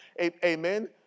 Amen